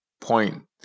point